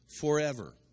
forever